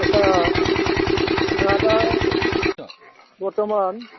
आच्छा आंहा दा बर्थ'मान